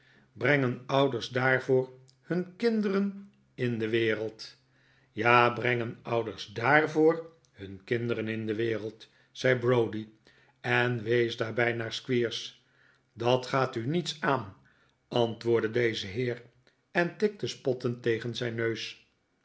brengen ouders daarvoor hun kinderen in de wereld ja brengen ouders daarvoor hun kinderen in de wereld zei browdie en wees daarbij naar squeers dat gaat u niets aan antwoordde deze heer en tikte spottend tegen zijn neus